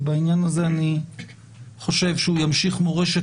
ובעניין הזה אני חושב שהוא ימשיך מורשת